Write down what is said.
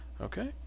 Okay